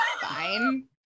Fine